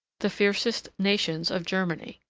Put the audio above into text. the fiercest nations of germany.